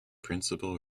principal